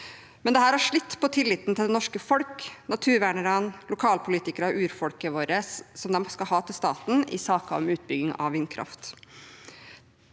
Dette har slitt på tilliten det norske folk, naturvernerne, lokalpolitikere og urfolket vårt skal ha til staten i saker om utbygging av vindkraft.